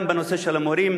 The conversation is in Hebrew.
גם בנושא של המורים